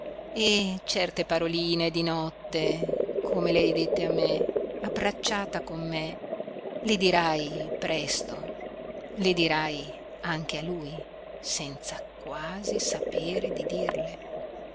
e certe paroline di notte come le hai dette a me abbracciata con me le dirai presto le dirai anche a lui senza quasi sapere di dirle